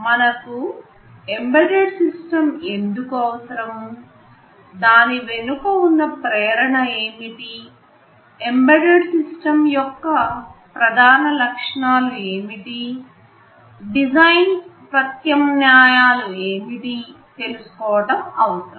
మనకు embedded system ఎందుకు అవసరందాని వెనుక ఉన్న ప్రేరణ ఏమిటి ఎంబెడెడ్ సిస్టమ్ యొక్క ప్రధాన లక్షణాలు ఏమిటి డిజైన్ ప్రత్యామ్నాయాలు ఏమిటి తెలుసుకోవటం అవసరం